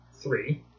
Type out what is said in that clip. three